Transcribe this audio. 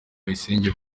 bayisenge